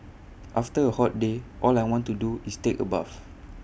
after A hot day all I want to do is take A bath